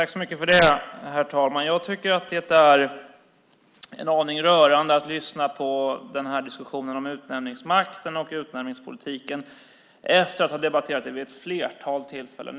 Herr talman! Jag tycker att det är en aning rörande att lyssna på diskussionen om utnämningsmakten och utnämningspolitiken efter att vi har debatterat detta vid ett flertal tillfällen.